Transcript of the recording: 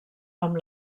amb